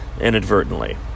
inadvertently